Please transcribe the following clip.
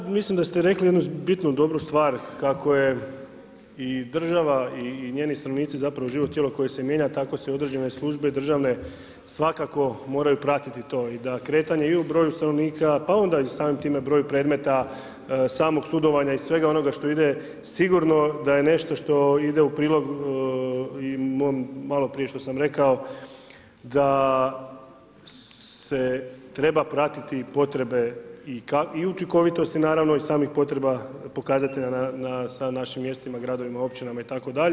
Pa da mislim da te rekli jednu bitnu, dobru stvar kako je i država i njeni stanovnici zapravo živo tijelo koje se mijenja, tako se određene službe državne svakako moraju pratiti to i da kretanje i u broju stanovnika, pa onda samim time broju predmeta, samog sudovanja i svega onoga što ide sigurno da je nešto što ide u prilog i malo prije što sam rekao da se treba pratiti potrebe i učinkovitosti naravno i samih potreba pokazatelja na našim mjestima, gradovima, općinama itd.